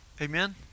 Amen